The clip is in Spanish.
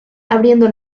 abriendo